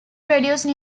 produced